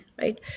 right